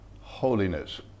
holiness